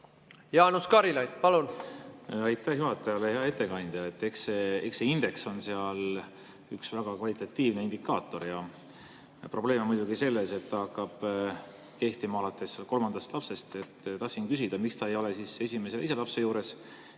Jaanus Karilaid, palun! Aitäh juhatajale! Hea ettekandja! Eks see indeks on seal üks väga kvalitatiivne indikaator. Probleem on muidugi selles, et see hakkab kehtima alates kolmandast lapsest. Tahtsin küsida, miks seda ei ole esimese ja teise lapse juures,